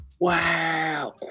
Wow